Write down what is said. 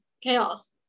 Chaos